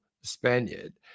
Spaniard